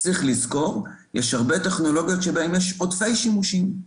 צריך לזכור שיש הרבה טכנולוגיות שבהן יש עודפי שימושים.